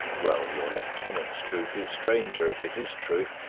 well, your lieutenant's truth is stranger, if it is truth,